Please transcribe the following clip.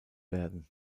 werden